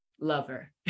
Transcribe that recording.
lover